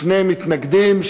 שני מתנגדים,